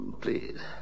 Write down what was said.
Please